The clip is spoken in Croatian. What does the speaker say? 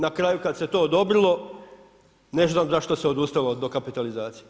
Na kraju kad se to odobrilo ne znam zašto se odustalo od dokapitalizacije.